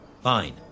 Fine